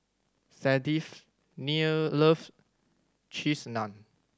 Sadies near loves Cheese Naan